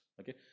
okay